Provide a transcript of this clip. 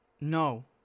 No